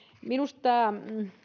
minusta tämä